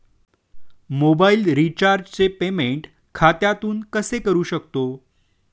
Mobile रिचार्जचे payment खात्यातून कसे करू शकतो?